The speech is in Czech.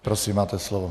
Prosím, máte slovo.